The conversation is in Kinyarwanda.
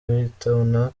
guhitana